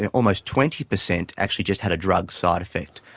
and almost twenty percent actually just had a drug side effect.